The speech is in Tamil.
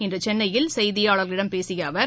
இன்று சென்னையில் செய்தியாளர்களிடம் பேசிய அவர்